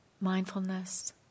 mindfulness